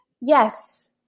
Yes